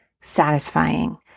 satisfying